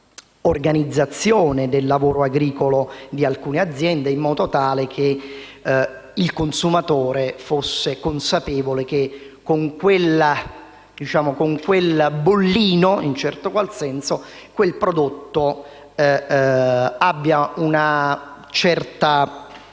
all'organizzazione del lavoro agricolo di alcune aziende, in modo tale che il consumatore fosse consapevole che, con quel bollino, in un certo qual senso quel prodotto avesse un certo